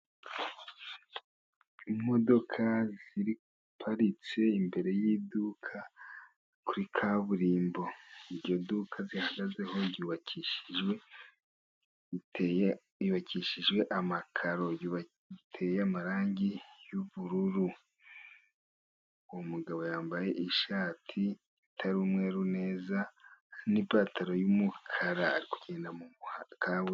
Imodoka ziparitse imbere y'iduka kuri kaburimbo. Iryo duka zihagazeho ry'ubakishijwe amakaro, riteye amarangi y'ubururu. Uwo mugabo yambaye ishati itari umweru neza, n'ipantaro y'umukara ari kugenda mu muha kaburimbo.